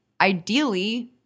ideally